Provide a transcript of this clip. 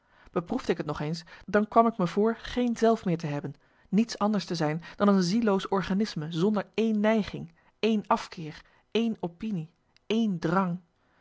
beproefde ik t nog eens dan kwam ik me voor geen zelf meer te hebben niets anders te zijn dan een zielloos organisme zonder één neiging één afkeer één opinie één drang